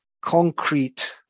concrete